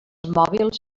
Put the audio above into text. mòbils